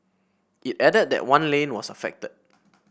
it added that one lane was affected